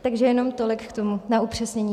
Takže jenom tolik k tomu na upřesnění.